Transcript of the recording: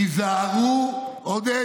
היזהרו, עודד.